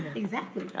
exactly.